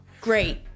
Great